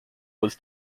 was